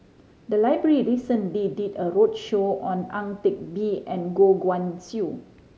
the library recently did a roadshow on Ang Teck Bee and Goh Guan Siew